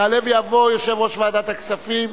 יעלה ויבוא יושב-ראש ועדת הכספים.